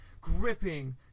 gripping